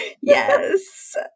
Yes